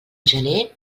gener